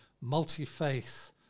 multi-faith